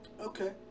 Okay